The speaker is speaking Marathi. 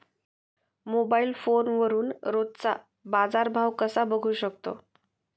मोबाइल फोनवरून रोजचा बाजारभाव कसा बघू शकतो?